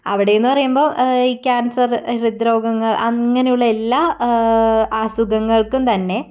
അവിടെയെന്നു പറയുമ്പോൾ ഈ ക്യാൻസർ ഹൃദ്രോഗങ്ങൾ അങ്ങനെയുള്ള എല്ലാ അസുഖങ്ങൾക്കും തന്നെ